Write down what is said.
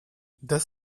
the